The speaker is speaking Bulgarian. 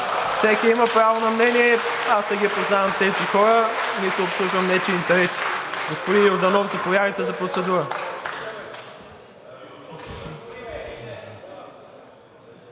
Всеки има право на мнение, аз не познавам тези хора, нито обслужвам нечии интереси. Господин Йорданов, заповядайте за процедура.